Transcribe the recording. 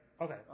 Okay